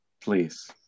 please